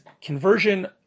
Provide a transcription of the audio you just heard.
conversion